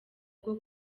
bwo